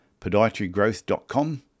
podiatrygrowth.com